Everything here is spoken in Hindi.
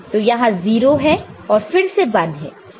तो यहां 0 है और फिर से 1 है